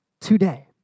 today